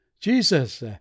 Jesus